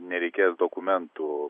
nereikės dokumentų